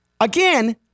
Again